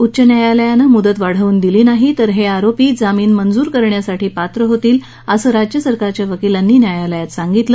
उच्च न्यायालयान मुदत वाढवून दिली नाही तर हे आरोपी जामीन मंजूर करण्यासाठी पात्र होतील असं राज्य सरकारच्या वकिलांनी न्यायालयात सांगितलं